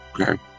Okay